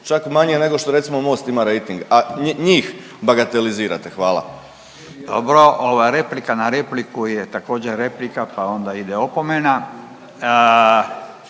čak manje nego što recimo Most ima rejtinga, a njih bagatelizirate. Hvala. **Radin, Furio (Nezavisni)** Dobro, ova replika na repliku je također replika pa onda ide opomena.